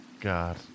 God